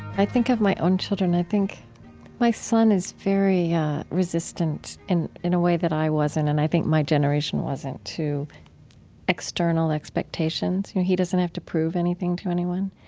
i think of my own children, and i think my son is very resistant in in a way that i wasn't and i think my generation wasn't to external expectations. you know, he doesn't have to prove anything to anyone.